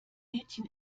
mädchen